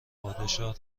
پادشاه